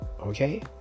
okay